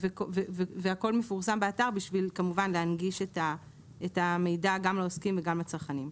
והכול מפורסם באתר בשביל כמובן להנגיש את המידע גם לעוסקים וגם לצרכנים.